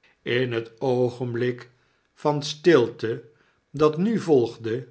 geen uitweg in het oogenblik van stilte dat nu volgde